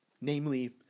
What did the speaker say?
namely